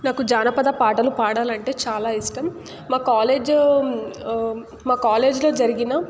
నాకు జానపద పాటలు పాడాలి అంటే చాలా ఇష్టం మా కాలేజ్ మా కాలేజ్లో జరిగిన